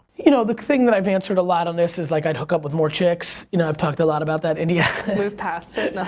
you know, the thing that i've answered a lot on this is, like, i'd hook up with more chicks, you know i've talked a lot about that india. let's move past it.